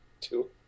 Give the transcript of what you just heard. two